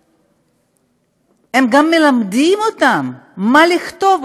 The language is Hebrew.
הם גם מלמדים אותם מה לכתוב,